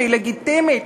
שהיא לגיטימית,